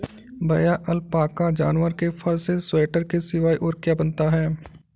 भैया अलपाका जानवर के फर से स्वेटर के सिवाय और क्या बनता है?